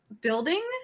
building